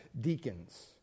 deacons